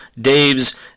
Dave's